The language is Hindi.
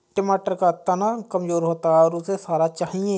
टमाटर का तना कमजोर होता है और उसे सहारा चाहिए